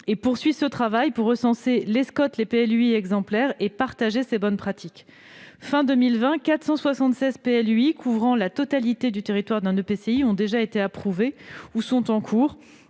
Ils poursuivent ce travail pour recenser les SCoT et les PLUi exemplaires et partager ces bonnes pratiques. Fin 2020, on comptait 476 PLUi couvrant la totalité du territoire d'un EPCI déjà approuvés ou en cours